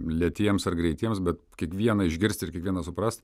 lėtiems ar greitiems bet kiekvieną išgirsti ir kiekvieną suprast